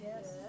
Yes